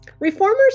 Reformers